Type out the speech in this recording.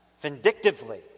vindictively